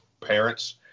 parents